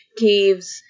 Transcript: caves